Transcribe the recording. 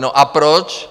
No a proč?